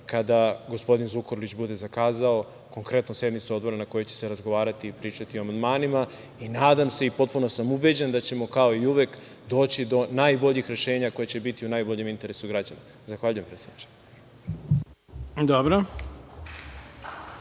kada gospodin Zukorlić bude zakazao konkretno sednicu odbora na kojoj će se razgovarati i pričati o amandmanima. Nadam se i potpuno sam ubeđen da ćemo kao i uvek doći do najboljih rešenja koja će biti u najboljem interesu građana. Zahvaljujem predsedniče.